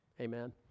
Amen